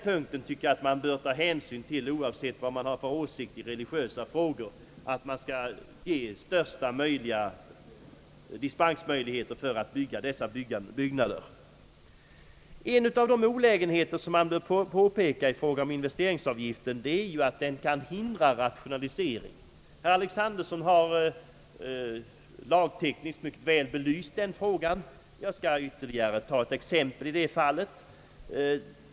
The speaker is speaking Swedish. Jag tycker att man, oavsett om vilka åsikter man har i religiösa frågor, bör ge största möjliga dispens när det gäller att uppföra sådana byggnader. En av de olägenheter som kan påpekas i fråga om investeringsavgiften är att den kan hindra rationalisering. Herr Alexanderson har lagtekniskt väl belyst denna fråga, och jag skall anföra ytterligare exempel härpå.